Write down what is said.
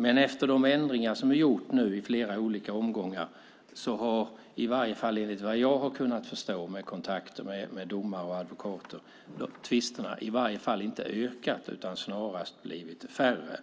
Men efter de ändringar som vi gjort nu i flera olika omgångar har, vad jag har kunnat förstå efter kontakter med domare och advokater, tvisterna i alla fall inte ökat utan snarare blivit färre.